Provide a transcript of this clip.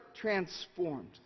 transformed